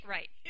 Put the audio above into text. Right